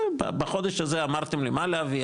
בחודש הזה אמרתם לי מה להביא,